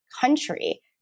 country